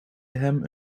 hem